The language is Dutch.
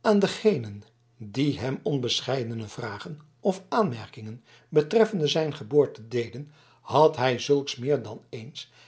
aan degenen die hem onbescheidene vragen of aanmerkingen betreffende zijn geboorte deden had hij zulks meer dan eens